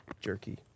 jerky